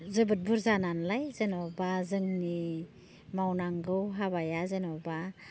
जोबोद बुरजा नालाय जेनेबा जोंनि मावनांगौ हाबाया जेनेबा